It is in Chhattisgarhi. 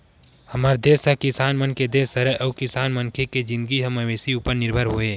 हमर देस ह किसान मन के देस हरय अउ किसान मनखे के जिनगी ह मवेशी उपर निरभर होथे